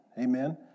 Amen